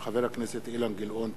הצעתו של חבר הכנסת אילן גילאון.